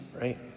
right